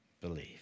believe